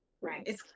Right